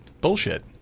bullshit